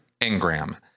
engram